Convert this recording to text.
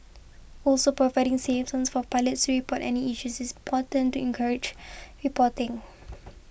also providing 'safe zones' for pilots report any issues is important to encourage reporting